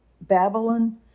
Babylon